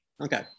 Okay